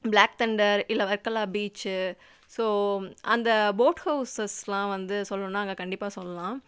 block thunder இல்லை Varkala beach so அந்த boat ஹவுஸஸ்ஸெலாம் வந்து சொல்லணுன்னால் அங்கே கண்டிப்பாக சொல்லலாம்